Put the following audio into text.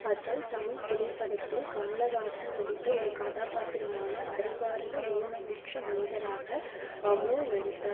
அசல் தமிழ் திரைப்படத்தில் கமலஹாசன் நடித்த ஒரு கதாபாத்திரமான அறிவார்ந்த ஊனமுற்ற மனிதராக அமோல் நடித்தார்